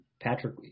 Patrick